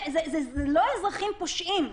אלו לא אזרחים פושעים,